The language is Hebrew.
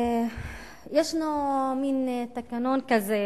ישנו מין תקנון כזה,